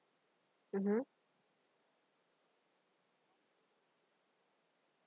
mmhmm